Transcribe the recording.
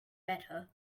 better